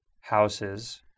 houses